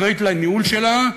אחראית לניהול שלה,